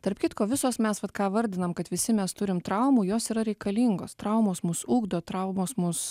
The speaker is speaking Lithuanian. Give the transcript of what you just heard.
tarp kitko visos mes vat ką vardinam kad visi mes turim traumų jos yra reikalingos traumos mus ugdo traumos mus